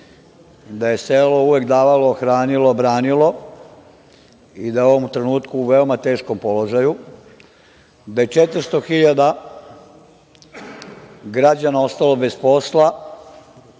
da je selo uvek davalo, hranilo, branilo i da je u ovom trenutku veoma teškom položaju, da je 400.000 građana ostalo bez posla